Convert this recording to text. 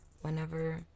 whenever